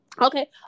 Okay